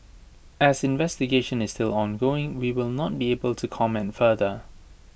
as investigation is still ongoing we will not be able to comment further